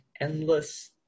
endless